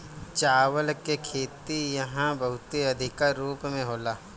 चावल के खेती इहा बहुते अधिका रूप में होला